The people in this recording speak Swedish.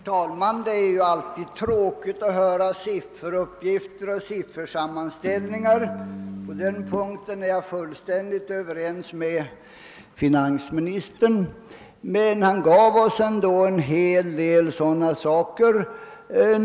Herr talman! Jag håller helt med finansministern om att det alltid är tråkigt att höra sifferuppgifter och siffersammanställningar redovisas. Finansministern lämnade ändå emellertid en hel del sådana uppgifter.